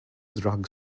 drug